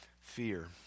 fear